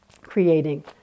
creating